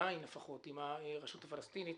עדיין לפחות, עם הרשות הפלסטינית